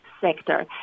sector